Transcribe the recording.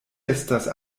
estas